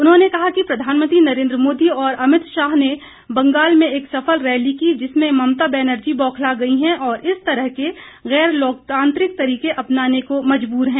उन्होंने कहा कि प्रधानमंत्री नरेंद्र मोदी और अमित शाह ने बंगाल में एक सफल रैली की जिससे ममता बैनर्जी बौखला गई है और इस तरह के गैर लोकतांत्रिक तरीके अपनाने को मजबूर है